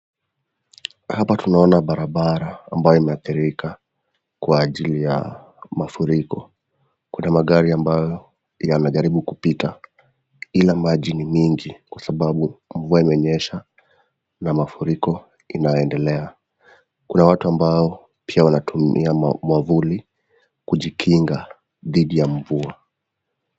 Hapa tunaona barabara ambaye imehathirika kwa ajili ya mafuriko. Kuna magari ambayo yanajaribu kupita ila maji ni mingi kwa sababu mvua inanyesha na mafuriko yanajaribu kupita ila maji ni mingi kwa sababu mvua imenyesha na mafuriko inaendelea Kuna watu ambao wanatumia mwavuli kujikinga dhidi ya mvua.